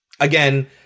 Again